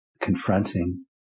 confronting